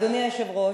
אדוני היושב-ראש,